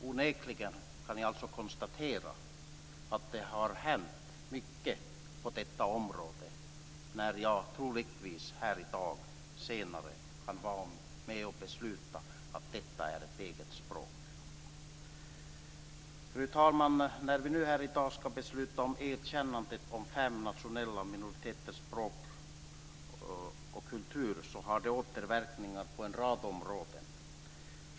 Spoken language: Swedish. Onekligen kan jag konstatera att det har hänt mycket på detta område när jag troligtvis senare här i dag kan vara med och besluta att detta är ett eget språk. Fru talman! När vi nu här i dag ska besluta om erkännandet av fem nationella minoriteters språk och kultur så har det återverkningar på en rad områden.